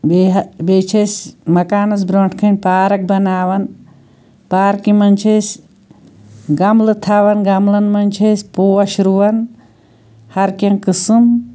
بیٚیہِ حظ بیٚیہِ چھِ أسۍ مَکانَس برٛونٛٹھ کٔنۍ پارَک بَناوان پارکہِ منٛز چھِ أسۍ گَملہٕ تھاوان گَملَن منٛز چھِ أسۍ پوش رُوان ہَر کیٚنٛہہ قسٕم